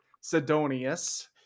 Sidonius